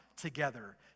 together